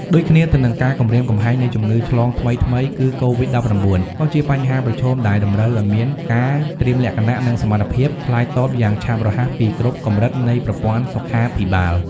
ដូចគ្នាទៅនឹង ការគំរាមកំហែងនៃ ជំងឺឆ្លងថ្មីៗ គឺCOVID-19 ក៏ជាបញ្ហាប្រឈមដែលតម្រូវឱ្យមានការត្រៀមលក្ខណៈ និងសមត្ថភាពឆ្លើយតបយ៉ាងឆាប់រហ័សពីគ្រប់កម្រិតនៃប្រព័ន្ធសុខាភិបាល។